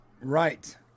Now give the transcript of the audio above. right